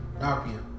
RPM